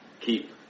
keep